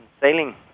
sailing